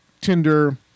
Tinder